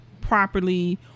properly